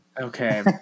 okay